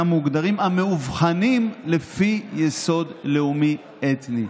מוגדרים המאובחנים לפי יסוד לאומי-אתני.